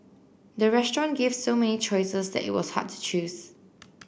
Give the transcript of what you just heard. the restaurant gave so many choices that it was hard to choose